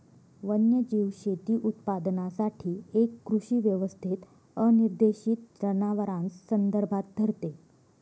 वन्यजीव शेती उत्पादनासाठी एक कृषी व्यवस्थेत अनिर्देशित जनावरांस संदर्भात धरते